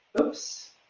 oops